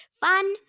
Fun